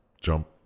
jump